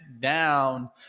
down